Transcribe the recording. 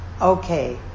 Okay